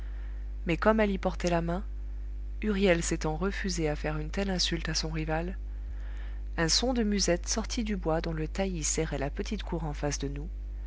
mais comme elle y portait la main huriel s'étant refusé à faire une telle insulte à son rival un son de musette sortit du bois dont le taillis serrait la petite cour en face de nous